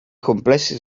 complessi